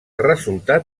resultat